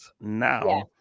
now